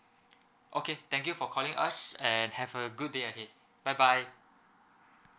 okay thank you for calling us and have a good day ahead bye bye